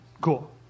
Cool